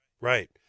right